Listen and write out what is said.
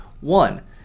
One